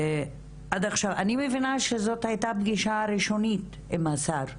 אני מבינה שזאת הייתה פגישה ראשונית עם השר.